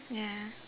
ya